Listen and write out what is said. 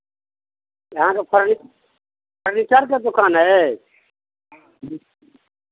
अहाँके फर् फर्नीचरके दोकान अइ